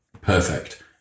perfect